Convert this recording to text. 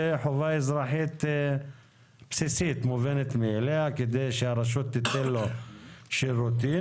חובה אזרחית בסיסית מובנת מאליה כדי שהרשות תיתן לו שירותים.